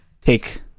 take